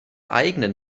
eigenen